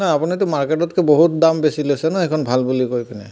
ন আপুনিটো মাৰ্কেটতকৈ বহুত দাম বেছি লৈছে ন সেইখন ভাল বুলি কৈ কিনে